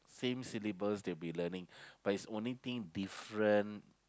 same syllabus they'll be learning but is only thing different